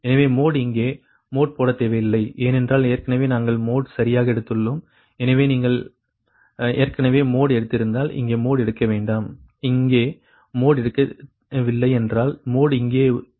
எனவே மோட் இங்கே மோட் போட தேவையில்லை ஏனென்றால் ஏற்கனவே நாங்கள் மோட் சரியாக எடுத்துள்ளோம் எனவே நீங்கள் ஏற்கனவே மோட் எடுத்திருந்தால் இங்கே மோட் எடுக்க வேண்டாம் இங்கே மோட் எடுக்கவில்லை என்றால் மோட் இங்கே எடுக்கவும்